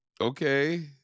Okay